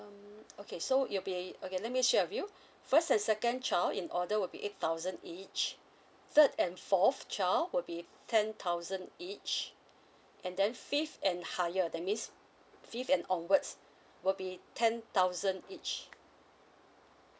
um okay so it'll be okay let me share with you first and second child in order will be eight thousand each third and fourth child would be ten thousand each and then fifth and higher than means fifth and onwards would be ten thousand each